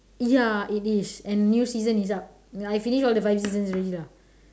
ya it is and new season is up ya and I finish all the five seasons already lah